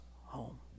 home